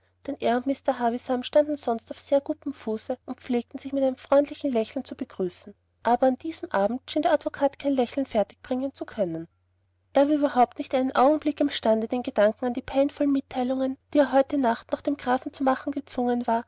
er und mr havisham standen sonst auf sehr gutem fuße und pflegten sich mit freundlichem lächeln zu begrüßen aber an diesem abend schien der advokat kein lächeln fertig bringen zu können er war überhaupt nicht einen augenblick im stande den gedanken an die peinvollen mitteilungen die er heute nacht noch dem grafen zu machen gezwungen war